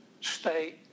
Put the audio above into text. state